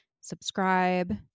subscribe